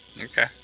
Okay